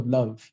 Love